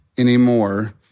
anymore